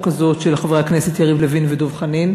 הזאת של חברי הכנסת יריב לוין ודב חנין.